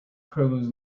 crows